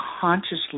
consciously